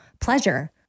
pleasure